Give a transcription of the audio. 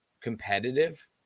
competitive